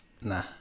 Nah